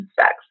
sex